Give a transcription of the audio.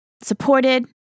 supported